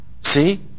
See